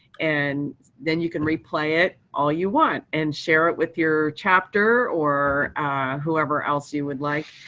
and then you can replay it all you want and share it with your chapter or whoever else you would like.